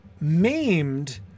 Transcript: maimed